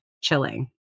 chilling